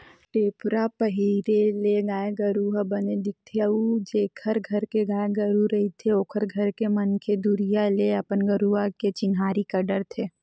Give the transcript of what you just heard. टेपरा पहिरे ले गाय गरु ह बने दिखथे अउ जेखर घर के गाय गरु रहिथे ओखर घर के मनखे दुरिहा ले अपन गरुवा के चिन्हारी कर डरथे